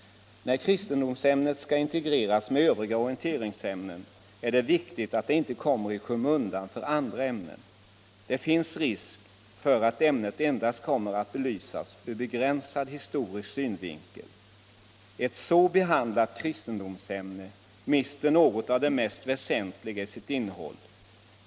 När kristendomsämnet skall integreras med övriga orienteringsämnen är det viktigt att det inte kommer i skymundan för andra ämnen. Det finns risk för att ämnet endast kommer att belysas ur begränsad historisk synvinkel. Ett så behandlat kristendomsämne mister något av det mest väsentliga i sitt innehåll.